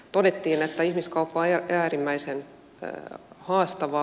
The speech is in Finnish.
todettiin että ihmiskauppa on äärimmäisen haastavaa